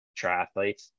triathletes